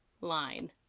line